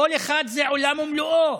כל אחד זה עולם ומלואו,